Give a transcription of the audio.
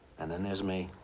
and then there's me.